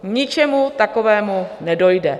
K ničemu takovému nedojde.